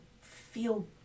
feel